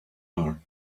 her